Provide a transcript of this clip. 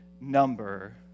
number